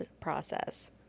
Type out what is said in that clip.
process